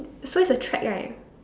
so it's a track right